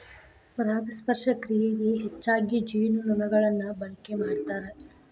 ಪರಾಗಸ್ಪರ್ಶ ಕ್ರಿಯೆಗೆ ಹೆಚ್ಚಾಗಿ ಜೇನುನೊಣಗಳನ್ನ ಬಳಕೆ ಮಾಡ್ತಾರ